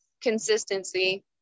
consistency